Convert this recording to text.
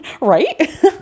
right